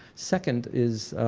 second is